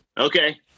Okay